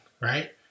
right